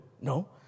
No